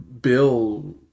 Bill